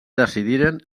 decidiren